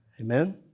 amen